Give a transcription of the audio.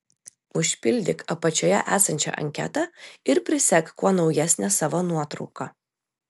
užpildyk apačioje esančią anketą ir prisek kuo naujesnę savo nuotrauką